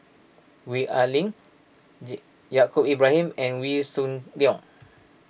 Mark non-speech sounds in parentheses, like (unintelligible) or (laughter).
Gwee Ah Leng (unintelligible) Yaacob Ibrahim and Wee Shoo Leong